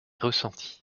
ressentie